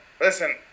listen